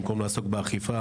במקום לעסוק באכיפה,